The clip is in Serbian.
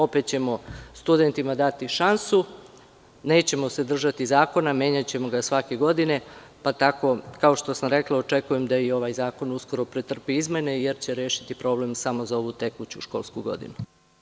Opet ćemo studentima dati šansu, nećemo se držati zakona, menjaćemo ga svake godine, pa tako, kao što sam rekla, očekujem da i ovaj zakon uskoro pretrpi izmene, jer će rešiti problem samo za ovu tekuću školsku godinu.